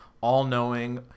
all-knowing